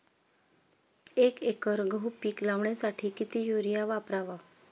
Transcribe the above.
एक एकर गहू पीक लावण्यासाठी किती युरिया वापरावा?